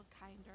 kinder